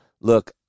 Look